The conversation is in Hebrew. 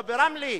או ברמלה,